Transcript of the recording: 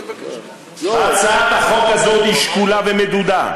הצעת החוק הזאת שקולה ומדודה.